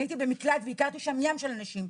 אני הייתי במקלט והכרתי שם ים של נשים.